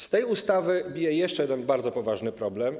Z tej ustawy bije jeszcze jeden bardzo poważny problem.